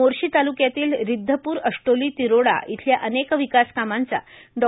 मोर्शी तालुक्यातल्या रिद्धपूर अष्टोली तिरोडा इथल्या अनेक विकासकामांचा डॉ